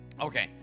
Okay